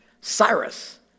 Cyrus